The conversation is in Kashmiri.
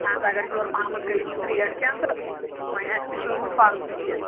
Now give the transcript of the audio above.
نہ حظ اگر ہیوٚر پَہمَتھ کٔرۍ ہُیٚس ریٹ کینٛہہ تہٕ وۄنۍ اَسہِ تہِ چھُ اوٚنمُت پَرسُے یہِ